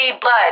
blood